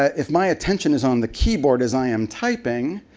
ah if my attention is on the keyboard as i'm typing,